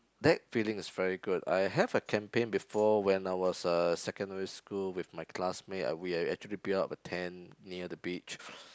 that feeling is very good I have a camping before when I was uh secondary school with my classmate and we actually build up a tent near the beach